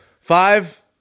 five